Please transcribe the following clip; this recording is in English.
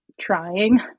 trying